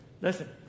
Listen